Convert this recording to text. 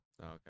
Okay